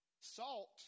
Salt